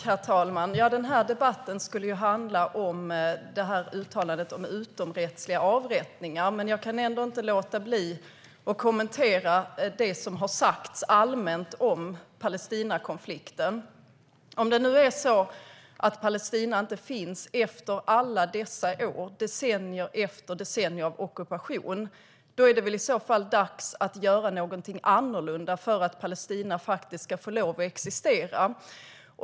Herr talman! Den här debatten skulle handla om uttalandet om utomrättsliga avrättningar, men jag kan ändå inte låta bli att kommentera det som har sagts allmänt om Palestinakonflikten. Om det nu är så att Palestina inte finns efter alla dessa år, efter decennium efter decennium av ockupation, är det väl dags att göra någonting annorlunda för att Palestina faktiskt ska få lov att existera.